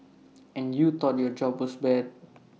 and you thought your job was bad